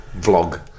vlog